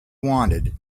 wanted